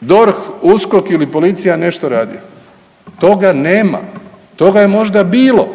DORH, USKOK ili policija nešto radili. Toga nema. Toga je možda bilo.